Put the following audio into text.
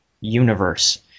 universe